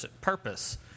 purpose